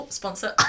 sponsor